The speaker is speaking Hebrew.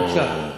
כהן צדק.